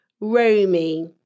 Romy